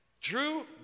True